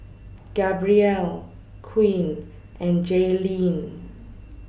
Gabrielle Queen and Jayleen